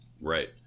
Right